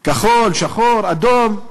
כחול, שחור, אדום.